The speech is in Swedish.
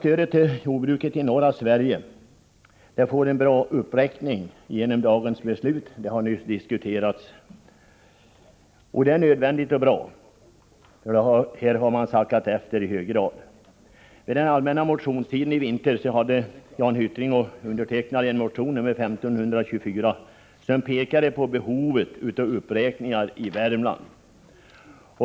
Stödet till jordbruket i norra Sverige får en bra uppräkning genom dagens beslut — det har nyss diskuterats. Det är både nödvändigt och bra, för här har man sackat efter i hög grad. Under den allmänna motionstiden i vinter skrev Jan Hyttring och jag en motion, 1524, som pekade på behovet av uppräkningar i Värmland.